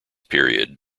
period